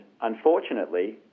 unfortunately